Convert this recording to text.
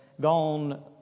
gone